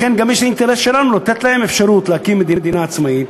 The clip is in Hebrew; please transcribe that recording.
לכן גם יש האינטרס שלנו לתת להם אפשרות להקים מדינה עצמאית,